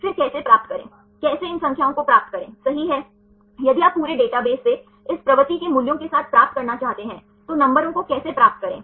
फिर कैसे प्राप्त करें कैसे इन संख्याओं को प्राप्त करे सही है यदि आप पूरे डेटाबेस से इस प्रवृत्ति के मूल्यों के साथ प्राप्त करना चाहते हैं तो नंबरों को कैसे प्राप्त करें